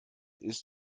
ist